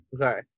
Okay